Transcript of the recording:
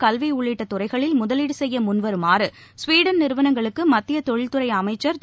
கல்விஉள்ளிட்டதுறைகளில் முதலீடுசெய்யமுன்வருமாறு ஸ்வீடன் நிறுவனங்களுக்குமத்தியதொழில்துறைஅமைச்சர் திரு